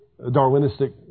Darwinistic